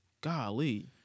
Golly